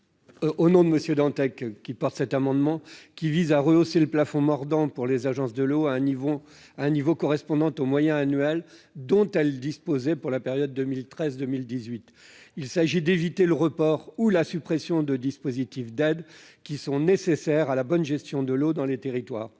sur l'initiative de Ronan Dantec, vise à rehausser le plafond mordant pour les agences de l'eau à un niveau correspondant aux moyens annuels dont elles disposaient pour la période 2013-2018. Il s'agit d'éviter le report ou la suppression de dispositifs d'aides qui sont nécessaires à la bonne gestion de l'eau dans les territoires.